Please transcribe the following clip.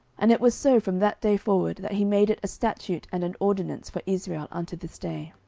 and it was so from that day forward, that he made it a statute and an ordinance for israel unto this day.